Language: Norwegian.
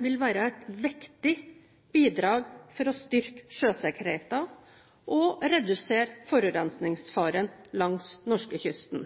vil være et viktig bidrag for å styrke sjøsikkerheten og redusere forurensningsfaren langs norskekysten.